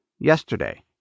yesterday